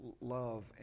love